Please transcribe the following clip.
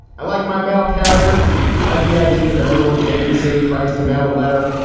i like my mail carrier. i like the idea of everyone paying the same price to mail a letter.